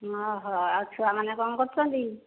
ଅ ହ ଆଉ ଛୁଆମାନେ କ'ଣ କରୁଛନ୍ତି